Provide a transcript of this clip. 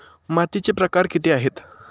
मातीचे प्रकार किती आहेत?